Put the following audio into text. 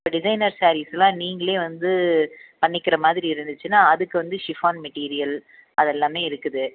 இப்போ டிசைனர் ஸேரீஸெல்லாம் நீங்களே வந்து பண்ணிக்கிற மாதிரி இருந்துச்சுனால் அதுக்கு வந்து ஷிஃபான் மெட்டிரியல் அதெல்லாமே இருக்குது